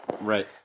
right